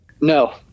no